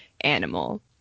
animal